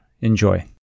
Enjoy